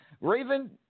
Raven